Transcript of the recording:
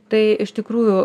tai iš tikrųjų